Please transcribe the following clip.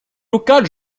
local